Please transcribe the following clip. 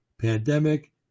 pandemic